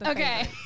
Okay